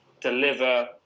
deliver